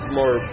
more